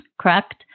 correct